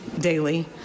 daily